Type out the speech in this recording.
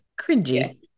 Cringy